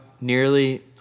Nearly